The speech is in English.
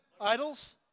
Idols